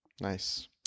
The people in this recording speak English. Nice